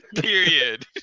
period